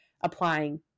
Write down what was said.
applying